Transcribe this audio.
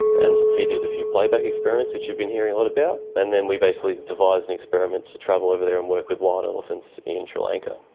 and he did a few play-back experiments, which you've been hearing a lot about, and then we basically devised an and experiment to travel over there and work with wild elephants in sri lanka.